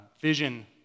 vision